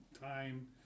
time